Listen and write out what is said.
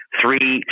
three